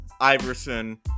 Iverson